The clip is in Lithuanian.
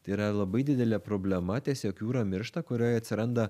tai yra labai didelė problema tiesiog jūra miršta kurioj atsiranda